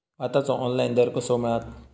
भाताचो ऑनलाइन दर कसो मिळात?